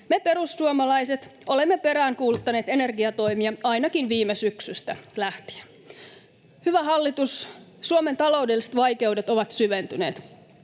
Me perussuomalaiset olemme peräänkuuluttaneet energiatoimia ainakin viime syksystä lähtien. Hyvä hallitus, Suomen taloudelliset vaikeudet ovat syventyneet.